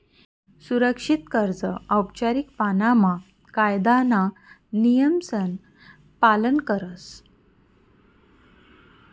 सुरक्षित कर्ज औपचारीक पाणामा कायदाना नियमसन पालन करस